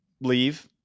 leave